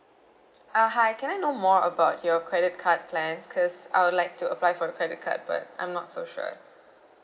uh hi can I know more about your credit card plans because I would like to apply for a credit card but I'm not so sure